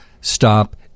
stop